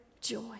joy